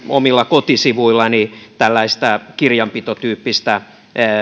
omilla kotisivuillani tällaista kirjanpitotyyppistä